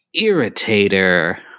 irritator